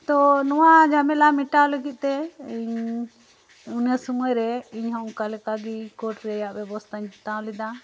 ᱛᱳ ᱱᱚᱣᱟ ᱡᱷᱟᱢᱮᱞᱟ ᱢᱮᱴᱟᱣ ᱞᱟᱹᱜᱤᱫ ᱛᱮ ᱤᱧ ᱤᱱᱟᱹ ᱥᱚᱢᱚᱨᱮ ᱤᱧᱦᱚᱸ ᱚᱱᱠᱟ ᱞᱮᱠᱟ ᱜᱮ ᱠᱳᱴ ᱨᱮᱭᱟᱜ ᱵᱮᱵᱚᱥᱛᱟᱧ ᱦᱟᱛᱟᱣ ᱞᱮᱫᱟ